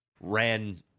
ran